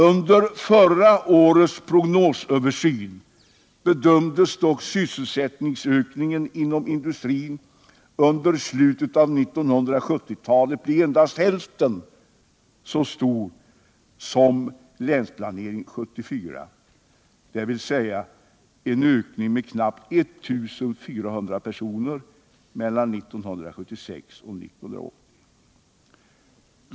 Under förra årets prognosöversyn bedömdes dock sysselsättningsökningen inom industrin under slutet av 1970-talet bli endast hälften så stor som enligt Länsplanering 1974, dvs. en ökning med knappt 1 400 personer mellan 1976 och 1980.